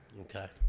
Okay